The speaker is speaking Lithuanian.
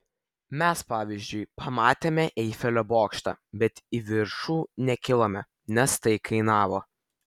mes pavyzdžiui pamatėme eifelio bokštą bet į viršų nekilome nes tai kainavo